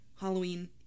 Halloween